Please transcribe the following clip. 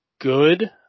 good